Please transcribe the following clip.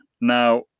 Now